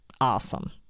awesome